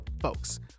folks